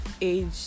age